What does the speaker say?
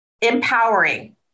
empowering